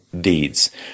deeds